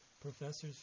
professors